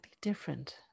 different